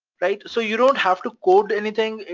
right? so you don't have to code anything,